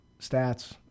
stats